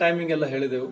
ಟೈಮಿಂಗೆಲ್ಲ ಹೇಳಿದೆವು